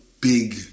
big